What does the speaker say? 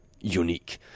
unique